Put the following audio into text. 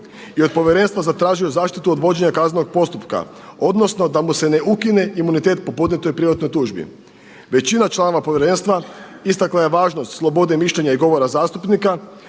i od povjerenstva zatražio zaštitu od vođenja kaznenog postupka odnosno da mu se ne ukine imunitet po podnijetoj privatnoj tužbi. Većina članova povjerenstva istakla je važnost slobode mišljenja i govora zastupnika,